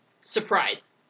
surprise